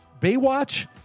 Baywatch